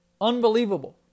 Unbelievable